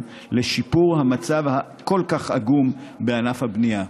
לשיפור המצב הכל-כך עגום בענף הבנייה.